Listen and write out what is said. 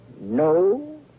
no